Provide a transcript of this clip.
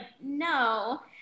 no